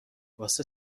واسه